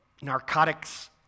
Narcotics